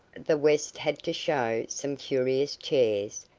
the west had to show some curious chairs,